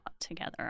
together